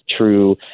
true